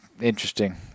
Interesting